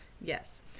Yes